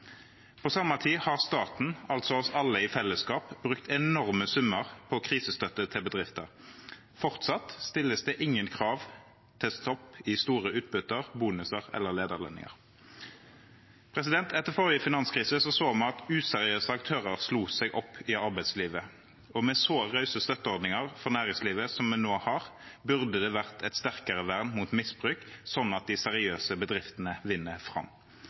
På samme tid har staten, altså oss alle i fellesskap, brukt enorme summer på krisestøtte til bedrifter. Fortsatt stilles det ingen krav til stopp i store utbytter, bonuser eller lederlønninger. Etter forrige finanskrise så vi at useriøse aktører slo seg opp i arbeidslivet, og med så rause støtteordninger for næringslivet som vi nå har, burde det vært et sterkere vern mot misbruk, slik at de seriøse bedriftene vinner fram.